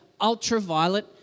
ultraviolet